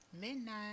Midnight